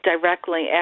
directly